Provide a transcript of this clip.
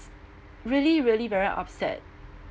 really really very upset